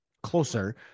Closer